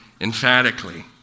emphatically